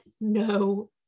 no